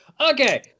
okay